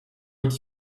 what